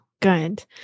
Good